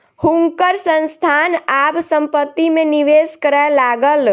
हुनकर संस्थान आब संपत्ति में निवेश करय लागल